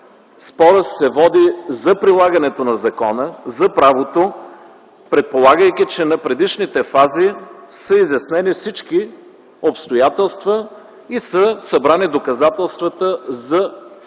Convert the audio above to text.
спорът се води за прилагането на закона, за правото, предполагайки, че на предишните фази са изяснени всички обстоятелства и са събрани доказателствата за